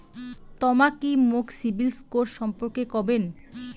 তমা কি মোক সিবিল স্কোর সম্পর্কে কবেন?